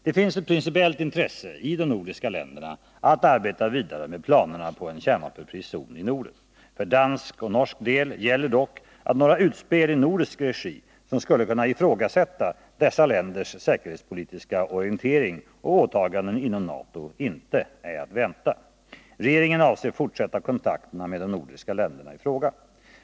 Det finns ett principiellt intresse i de nordiska länderna att arbeta vidare med planerna på en kärnvapenfri zon i Norden. För dansk och norsk del gäller dock att några utspel i nordisk regi, som skulle kunna ifrågasätta dessa länders säkerhetspolitiska orientering och åtaganden inom NATO, inte är att vänta. Regeringen avser att fortsätta kontakterna med de nordiska länderna i frågan.